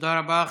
תודה רבה.